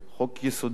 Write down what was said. חוק יסודי,